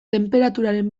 tenperaturaren